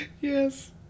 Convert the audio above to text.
Yes